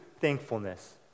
thankfulness